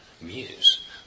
muse